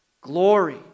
glory